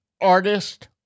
artist